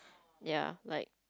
ya like